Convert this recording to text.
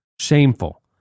Shameful